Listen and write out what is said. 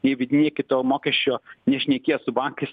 neįvedinėkit to mokesčio nešnekėję su bankais